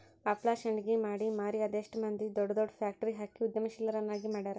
ಹಪ್ಳಾ ಶಾಂಡ್ಗಿ ಮಾಡಿ ಮಾರಿ ಅದೆಷ್ಟ್ ಮಂದಿ ದೊಡ್ ದೊಡ್ ಫ್ಯಾಕ್ಟ್ರಿ ಹಾಕಿ ಉದ್ಯಮಶೇಲರನ್ನಾಗಿ ಮಾಡ್ಯಾರ